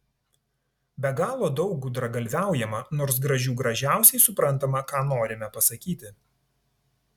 be galo daug gudragalviaujama nors gražių gražiausiai suprantama ką norime pasakyti